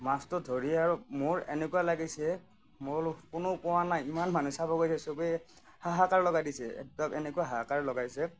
মাছটো ধৰি আৰু মোৰ এনেকুৱা লাগিছে মই বোলো কোনেও পোৱা নাই ইমান মানুহ চাব গৈছে সবেই হাহাকাৰ লগাই দিছে তাত এনেকুৱা হাহাকাৰ লগাইছে